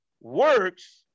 works